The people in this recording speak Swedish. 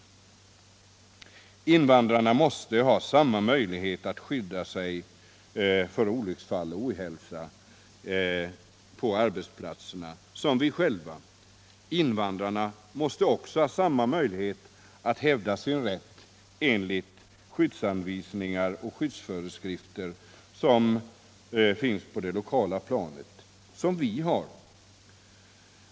Invandrarna måste ha samma möjligheter att skydda sig mot olycksfall och ohälsa på arbetsplatserna som vi själva. Invandrarna måste också ha samma möjlighet som vi har att hävda sin rätt enligt skyddsanvisningar och skyddsföreskrifter som finns på det lokala planet.